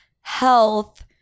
health